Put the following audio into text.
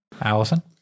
Allison